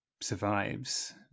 survives